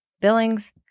Billings